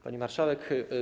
Pani Marszałek!